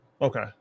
Okay